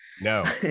No